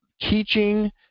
teaching